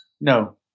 No